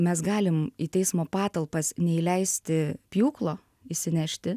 mes galim į teismo patalpas neįleisti pjūklo įsinešti